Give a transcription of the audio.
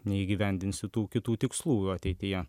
neįgyvendinsiu tų kitų tikslų ateityje